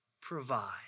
provide